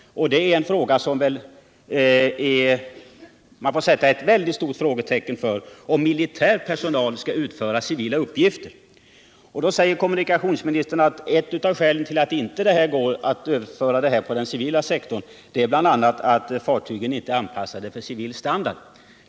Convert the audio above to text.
Man får väl sätta ett väldigt frågetecken för att militär personal skall utföra civila uppgifter. Då säger kommunikationsministern att ett av skälen till att det inte går att överföra uppgiften till den civila sektorn är att fartygen inte är anpassade till civil standard.